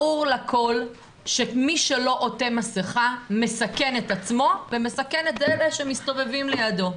ברור לכל שמי שלא עוטה מסכה מסכן את עצמו ומסכן את אלה שמסתובבים לידו.